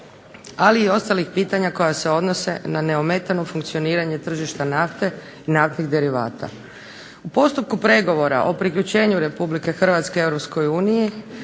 ali i ostalih pitanja koja se odnose na neometano funkcioniranje tržišta nafte i naftnih derivata. U postupku pregovora o priključenju Republike Hrvatske